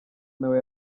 nawe